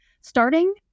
starting